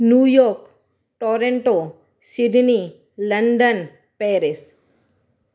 New York Toronto Sydney London Paris